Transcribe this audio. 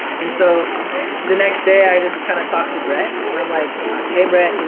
and so the next day i just kind of talked to brett and i'm like hey brett, you know